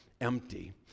Empty